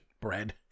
Bread